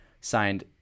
signed